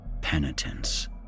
penitence